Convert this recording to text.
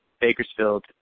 Bakersfield